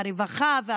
הרווחה והבריאות,